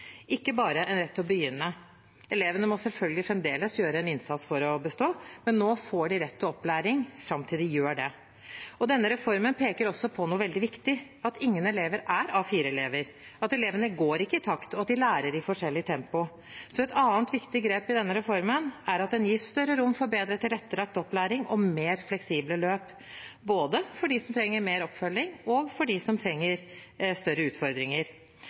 ikke bare en rett til å begynne. Elevene må selvfølgelig fremdeles gjøre en innsats for å bestå, men nå får de rett til opplæring fram til de gjør det. Denne reformen peker også på noe veldig viktig: at ingen elever er A4-elever, at elevene ikke går i takt, og at de lærer i forskjellig tempo. Et annet viktig grep i denne reformen er at den gir større rom for bedre tilrettelagt opplæring og mer fleksible løp, både for dem som trenger mer oppfølging og for dem som trenger større utfordringer.